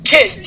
Kid